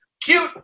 Cute